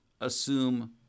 assume